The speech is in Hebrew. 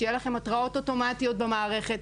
שיהיה לכם התראות אוטומטית במערכת,